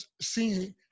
seeing